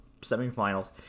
semifinals